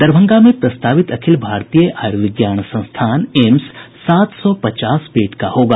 दरभंगा में प्रस्तावित अखिल भारतीय आयुर्विज्ञान संस्थान एम्स सात सौ पचास बेड का होगा